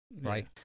Right